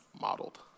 modeled